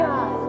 God